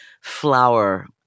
flower